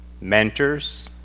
mentors